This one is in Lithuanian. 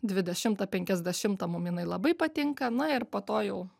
dvidešimtą penkiasdešimtą mum jinai labai patinka na ir po to jau